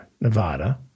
Nevada